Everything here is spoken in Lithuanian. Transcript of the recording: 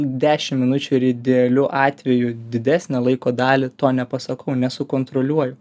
dešim minučių ir idealiu atveju didesnę laiko dalį to nepasakau nesukontroliuoju